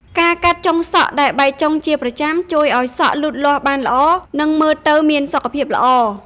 ការកាត់ចុងសក់ដែលបែកចុងជាប្រចាំ ជួយឱ្យសក់លូតលាស់បានល្អ និងមើលទៅមានសុខភាពល្អ ។